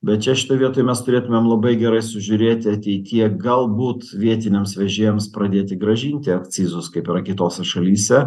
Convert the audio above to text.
bet čia šitoj vietoj mes turėtumėm labai gerai sužiūrėti ateityje galbūt vietiniams vežėjams pradėti grąžinti akcizus kaip yra kitose šalyse